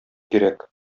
кирәк